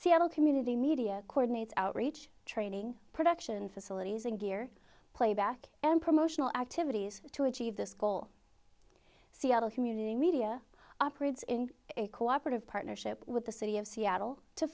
seattle community media coordinates outreach training production facilities and gear playback and promotional activities to achieve this goal seattle community media operates in a cooperative partnership with the city of seattle to